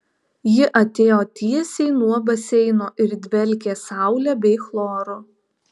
ji atėjo tiesiai nuo baseino ir dvelkė saule bei chloru